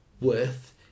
worth